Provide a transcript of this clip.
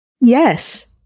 Yes